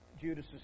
Judas